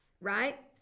right